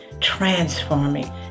transforming